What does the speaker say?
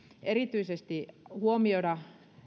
erityisesti tulee huomioida